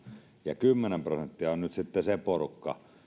ja kymmenen prosenttia on on sitten se porukka